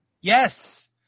Yes